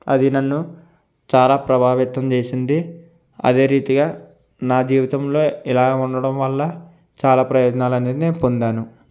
అది నన్ను చాలా ప్రభావితం చేసింది అదే రీతిగా నా జీవితంలో ఇలా ఉండటం వల్ల చాలా ప్రయోజనాలు అనేది నేను పొందాను